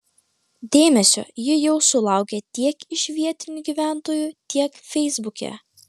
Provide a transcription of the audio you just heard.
dėmesio ji jau sulaukė tiek iš vietinių gyventojų tiek feisbuke